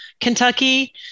Kentucky